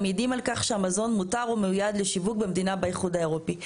המעידים על כך שהמזון מותר או מיועד לשיווק במדינה באיחוד האירופי.